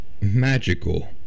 magical